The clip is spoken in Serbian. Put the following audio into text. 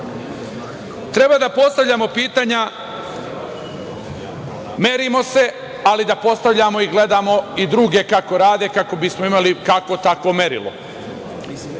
da postavljamo pitanja, merimo se, ali da postavljamo i gledamo i druge kako rade, kako bismo imali kakvo-takvo merilo. Nekada